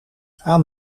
aan